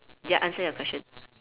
ya answer your question